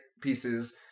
pieces